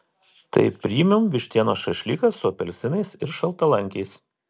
tai premium vištienos šašlykas su apelsinais ir šaltalankiais